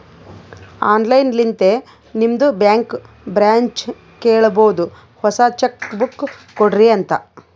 online ಲಿಂತೆ ನಿಮ್ದು bank ಬ್ರ್ಯಾಂಚ್ಗ ಕೇಳಬೋದು ಹೊಸಾ ಚೆಕ್ ಬುಕ್ ಕೊಡ್ರಿ ಅಂತ್